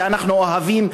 שאנחנו אוהבים,